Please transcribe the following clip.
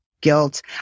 guilt